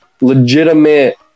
legitimate